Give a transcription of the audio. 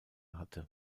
hatte